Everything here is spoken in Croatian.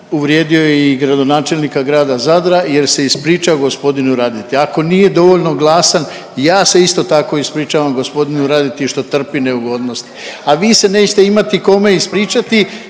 Uvrijedio je i gradonačelnika grada Zadra, jel se ispričao gospodinu Radeti, ako nije dovoljno glasan i ja se isto tako ispričavam gospodinu Radeti što trpi neugodnosti, a vi se nećete imati kome ispričati